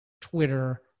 Twitter